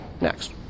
next